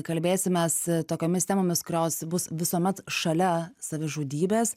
kalbėsimės tokiomis temomis kurios bus visuomet šalia savižudybės